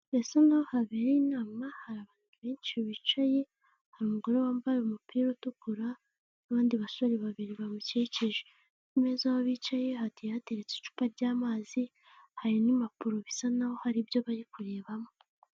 Bisa nkaho habereye inama hari abantu benshi bicaye hari umugore wambaye umupira utukura n'abandi basore babiri bamukikije, ku meza aho bicaye hateye hateretse icupa ry'amazi hari n'impapuro bisa nkaho hari ibyo bari kurebamo.